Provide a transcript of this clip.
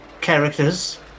characters